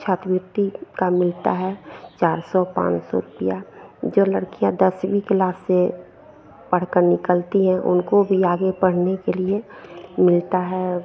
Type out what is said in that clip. छात्रवृति का मिलता है चार सौ पाँच सौ रुपया जो लड़कियाँ दसवीं किलास से पढ़कर निकलती हैं उनको भी आगे पढ़ने के लिए मिलता है